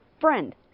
Friend